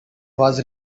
was